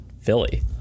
Philly